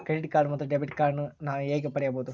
Credit card ಮತ್ತು debit card ನಾನು ಹೇಗೆ ಪಡೆಯಬಹುದು?